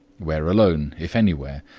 where alone, if anywhere,